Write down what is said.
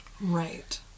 Right